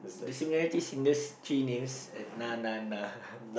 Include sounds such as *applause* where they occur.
the similarities in these three names na na na *laughs*